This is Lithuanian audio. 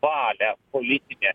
valią politinę